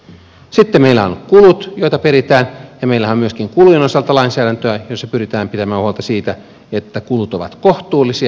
sitten meillä on kulut joita peritään ja meillähän on myöskin kulujen osalta lainsäädäntöä jossa pyritään pitämään huolta siitä että kulut ovat kohtuullisia